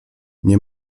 nie